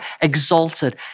exalted